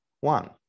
one